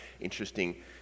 interesting